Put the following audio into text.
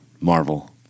Marvel